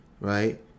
right